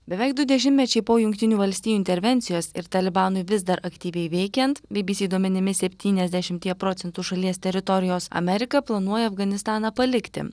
beveik du dešimtmečiai po jungtinių valstijų intervencijos ir talibanui vis dar aktyviai veikiant bybysy duomenimis septyniasdešimtyje procentų šalies teritorijos amerika planuoja afganistaną palikti